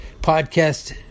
podcast